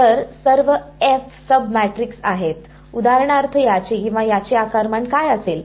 तर सर्व F sub matrix आहेत उदाहरणार्थ याचे किंवा याचे आकारमान काय असेल